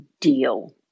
deal